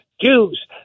jews